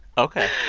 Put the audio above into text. ok.